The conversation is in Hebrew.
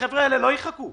החבר'ה האלה לא יחכו.